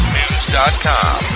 News.com